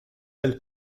del